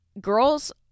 Girls